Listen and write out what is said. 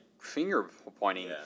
finger-pointing